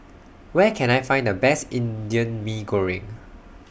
Where Can I Find The Best Indian Mee Goreng